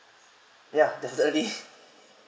ya definitely